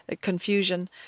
confusion